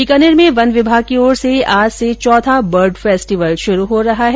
बीकानेर में वन विभाग की ओर से आज से चौथा बर्ड फेस्टिवल शुरू हो रहा है